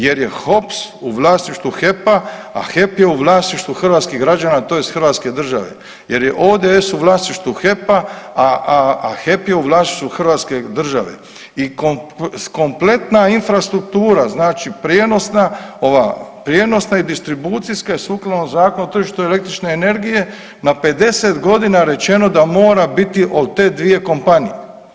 Jer je HOPS u vlasništvu HEP-a, a HEP je u vlasništvu hrvatskih građana tj. Hrvatske države, jer je ODS u vlasništvu HEP-a, a HEP je u vlasništvu Hrvatske države i kompletna infrastruktura znači prijenosna ova prijenosna i distribucijska je sukladno Zakonu o tržištu električne energije na 50 godina rečeno da mora biti od te dvije kompanije.